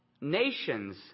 nations